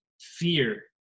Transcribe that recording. fear